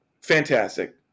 Fantastic